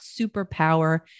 superpower